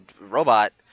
robot